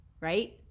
right